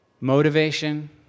Motivation